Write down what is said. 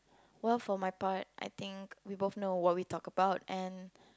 well for my part I think we both know what we talk about and